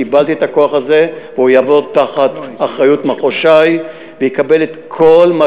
קיבלתי את הכוח הזה והוא יעבוד תחת אחריות מחוז ש"י ויקבל את כל מה